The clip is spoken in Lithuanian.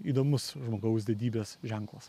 įdomus žmogaus didybės ženklas